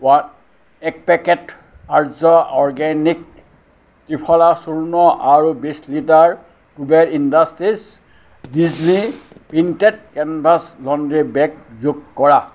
one এক packet Arya organic triphala চূৰ্ণ আৰু বিছ litre Kuber industries Disney printed canvas laundry bag যোগ কৰা